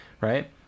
Right